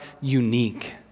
unique